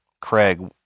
Craig